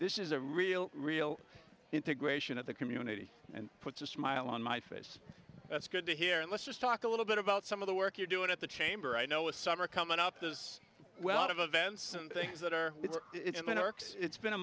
this is a real real integration of the community and puts a smile on my face that's good to hear and let's just talk a little bit about some of the work you're doing at the chamber i know with summer coming up as well out of events and things that are works it's been a